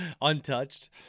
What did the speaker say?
Untouched